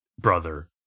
brother